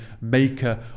maker